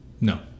No